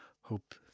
hope